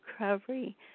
recovery